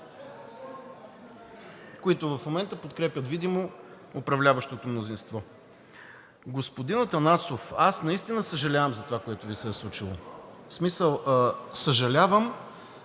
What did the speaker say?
които в момента подкрепят видимо управляващото мнозинство. Господин Атанасов, аз наистина съжалявам за това, което Ви се е случило. В смисъл, съжалявам